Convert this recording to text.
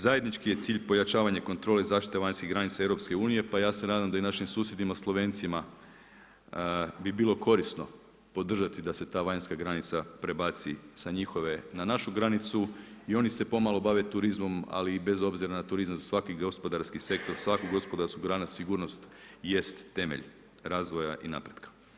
Zajednički je cilj pojačavanje kontrole zaštite vanjskih granica EU pa ja se nadam da i našim susjedima Slovencima bi bilo korisno podržati da se ta vanjska granica prebaci sa njihove na našu granicu i oni se pomalo bave turizmom, ali i bez obzira na turizam, svaki gospodarski sektor, svaka gospodarska grana, sigurnost jest temelj razvoja i napretka.